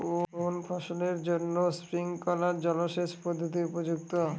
কোন ফসলের জন্য স্প্রিংকলার জলসেচ পদ্ধতি উপযুক্ত?